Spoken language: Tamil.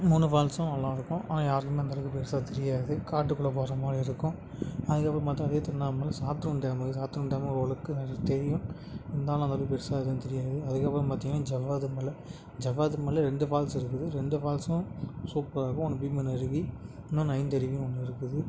மூணு ஃபால்ஸும் நல்லா இருக்கும் ஆனால் யாருக்குமே அந்த அளவுக்கு பெருசாக தெரியாது காட்டுக்குள்ளே போகற மாதிரி இருக்கும் அதுக்கு அப்புறம் பார்த்தா அதே திருவண்ணாமலையில் சாத்தனூர்ன்னு டேமு இருக்கு சாத்தனூர் டேமும் ஓரளவுக்கு எல்லாருக்கும் தெரியும் இருந்தாலும் அந்த அளவுக்கு பெருசாக எதுவும் தெரியாது அதுக்கு அப்புறம் பார்த்தீங்கனா ஜவ்வாது மலை ஜவ்வாது மலை ரெண்டு ஃபால்ஸு இருக்குது ரெண்டு ஃபால்ஸும் சூப்பராக இருக்கும் ஒன்று பீமன் அருவி இன்னொன்று ஐந்தருவின்னு ஒன்று இருக்குது